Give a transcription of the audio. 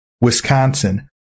Wisconsin